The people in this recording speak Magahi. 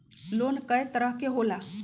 लोन कय तरह के होला?